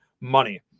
money